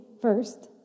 first